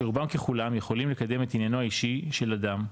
שרובם ככולם יכולים לקדם את עניינו האישי של אדם,